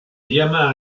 llama